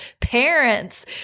parents